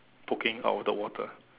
poking out of the water